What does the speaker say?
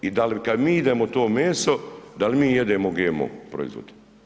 I da li kad mi jedemo to meso da li mi jedemo GMO proizvode?